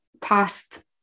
past